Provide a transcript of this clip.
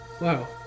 Wow